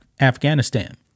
Afghanistan